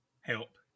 help